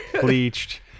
bleached